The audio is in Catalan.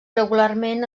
regularment